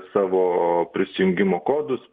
savo prisijungimo kodus